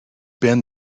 been